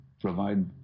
provide